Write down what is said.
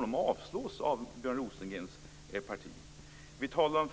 de att avslås av Björn Rosengrens parti nu på torsdag när vi tar slutlig ställning till dem.